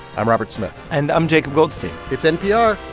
i'm robert smith and i'm jacob goldstein it's npr.